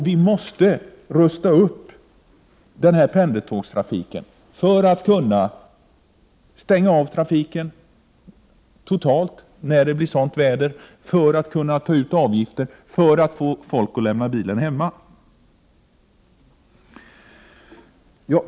Vi måste satsa på pendeltågstrafiken för att kunna stänga av biltrafiken totalt vid sådan väderlek att det är nödvändigt. Vi måste rusta upp pendeltågsalternativet för att kunna ta ut avgifter, för att förmå människorna att lämna bilen hemma.